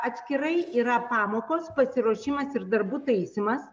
atskirai yra pamokos pasiruošimas ir darbų taisymas